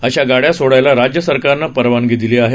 अशा गाड्या सोडायला राज्य सरकारनं परवानगी दिली आहे